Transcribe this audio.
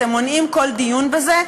אתם מונעים כל דיון בזה.